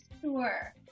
sure